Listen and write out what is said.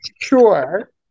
sure